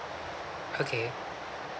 okay